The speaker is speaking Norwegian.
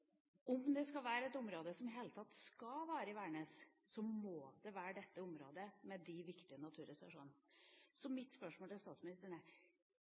et område som i det hele tatt skal varig vernes, må det være dette området med de viktige naturressursene. Mitt spørsmål til statsministeren er: